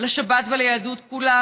לשבת וליהדות כולה?